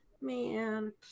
Man